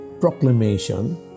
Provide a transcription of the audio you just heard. proclamation